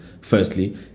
firstly